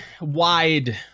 wide